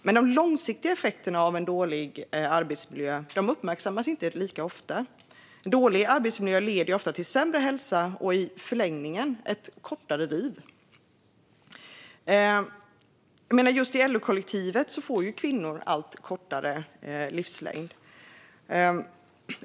Men de långsiktiga effekterna av en dålig arbetsmiljö uppmärksammas inte lika ofta trots att dålig arbetsmiljö ofta leder till sämre hälsa och i förlängningen kortare liv. Inom LO-kollektivet får kvinnor allt kortare livslängd.